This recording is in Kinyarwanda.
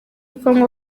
congo